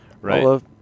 Right